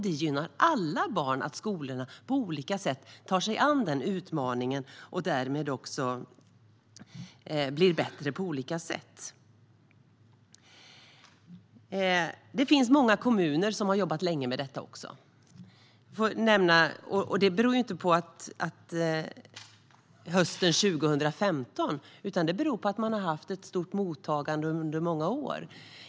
Det gynnar alla barn att skolorna på olika sätt tar sig an den utmaningen och därmed blir bättre. Det finns många kommuner som har jobbat länge med detta också. Det beror inte på situationen under hösten 2015, utan det beror på att man har haft ett stort mottagande under många år.